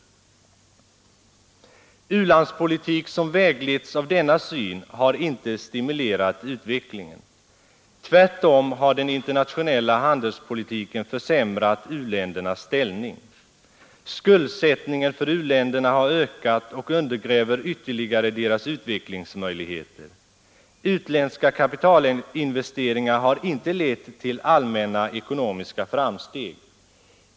U-landspolitik som vägletts av denna syn har inte stimulerat utvecklingen. Tvärtom har den internationella handelspolitiken försämrat u-ländernas ställning. Skuldsättningen för u-länderna har ökat och undergräver ytterligare deras utvecklingsmöjligheter. Utländska kapitalinvesteringar har inte lett till allmänna ekonomiska framsteg.